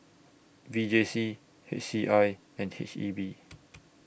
V J C H C I and H E B